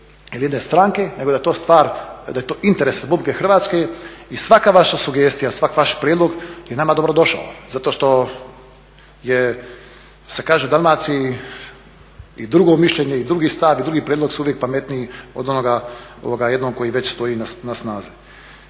ili jedne stranke nego da je to stvar, da je to interes RH i svaka vaša sugestija, svaki vaš prijedlog je nama dobrodošao zato što je kako se kaže u Dalmaciji i drugo mišljenje i drugi stav i drugi prijedlog su uvijek pametniji od onoga jednog koji već stoji na snazi.